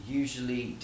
usually